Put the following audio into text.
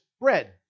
Bread